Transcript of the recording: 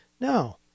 No